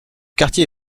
quartier